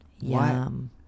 Yum